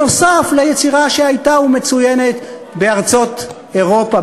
נוסף על היצירה שהייתה ומצוינת בארצות אירופה,